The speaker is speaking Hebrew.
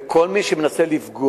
ואת כל מי שמנסה לפגוע,